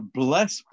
bless